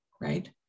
right